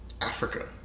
Africa